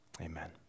amen